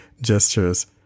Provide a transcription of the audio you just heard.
Gestures